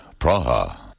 Praha